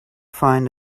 find